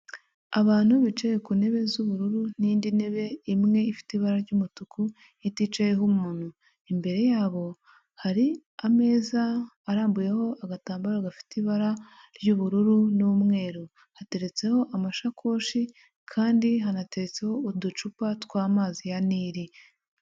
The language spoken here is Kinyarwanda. Abantu bicaye ku ntebe z'ubururu n'indi ntebe imwe ifite ibara ry'umutuku iticayeho umuntu, imbere yabo hari ameza arambuyeho agatambaro gafite ibara ry'ubururu n'umweru. Hateretseho amashakoshi kandi hanatetseho uducupa tw'amazi ya nili.